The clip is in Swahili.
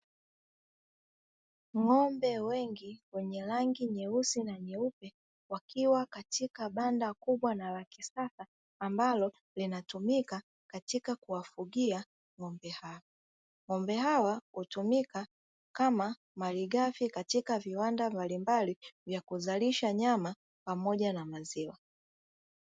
Ng'ombe wengi wenye rangi nyeusi na nyeupe wakiwa katika banda kubwa na la kisasa ambalo linatumika katika kuwafugia ng'ombe hao. Ng'ombe hawa hutumika kama malighafi katika viwanda mbalimbali, vya kuzalisha nyama pamoja na maziwa.